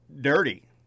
Dirty